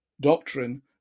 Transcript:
doctrine